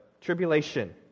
tribulation